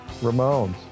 Ramones